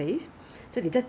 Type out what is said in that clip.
okay so what else you bought